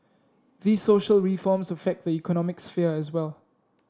these social reforms affect the economic sphere as well